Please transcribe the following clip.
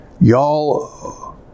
y'all